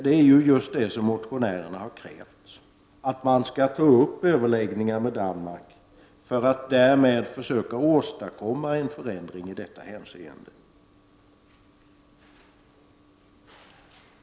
Det är ju vad motionärerna har krävt, att man skall ta upp överläggningar med Danmark för att därmed försöka åstadkomma en förändring i detta hänseende.